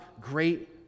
great